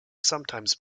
sometimes